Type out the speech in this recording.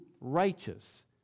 righteous